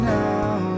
now